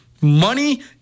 money –